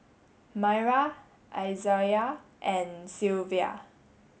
Myra Izaiah and Sylvia